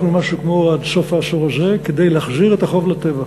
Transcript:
ייקח לנו משהו כמו עד סוף העשור הזה כדי להחזיר את החוב לטבע,